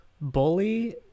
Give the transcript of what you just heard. bully